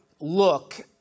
look